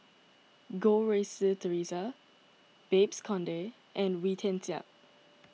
Goh Rui Si theresa Babes Conde and Wee Tian Siak